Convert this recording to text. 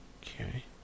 Okay